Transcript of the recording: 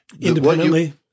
Independently